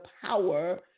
power